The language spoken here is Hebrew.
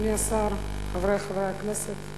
אדוני השר, חברי חברי הכנסת,